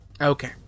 Okay